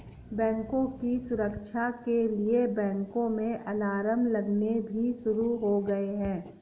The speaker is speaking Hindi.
बैंकों की सुरक्षा के लिए बैंकों में अलार्म लगने भी शुरू हो गए हैं